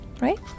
Right